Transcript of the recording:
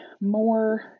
more